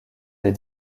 des